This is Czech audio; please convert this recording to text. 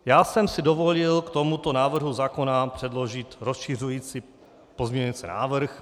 Já jsem si dovolil k tomuto návrhu zákona předložit rozšiřující pozměňující návrh.